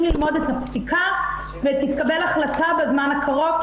ללמוד את הפסיקה ותתקבל החלטה בזמן הקרוב,